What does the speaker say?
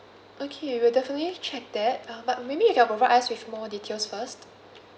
okay we'll definitely check that uh but maybe you can provide us with more details first